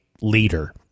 leader